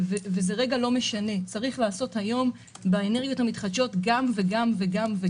צריך לעשות היום באנרגיות המתחדשות גם וגם וגם,